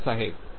ચોક્કસ સાહેબ